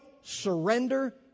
surrender